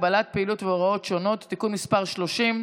(הגבלת פעילות של מוסדות המקיימים פעילות חינוך) (תיקון מס' 20),